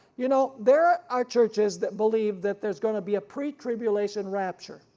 you know there are churches that believe that there's going to be a pre-tribulation rapture,